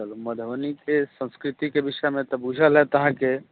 मधुबनी के संस्कृति के विषयमे तऽ बूझल होयत अहाॅंके